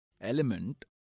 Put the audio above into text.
element